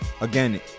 again